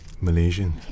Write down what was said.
Malaysian